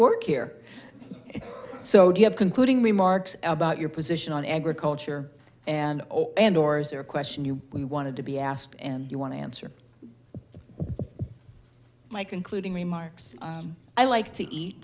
work here so you have concluding remarks about your position on agriculture and doors are a question you we wanted to be asked and you want to answer my concluding remarks i like to eat